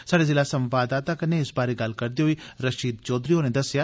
स्हाड़े जिला संवाददाता कन्नै इस बारै गल्ल करदे होई रशीद चौधरी होरें आक्खेआ